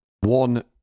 One